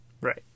Right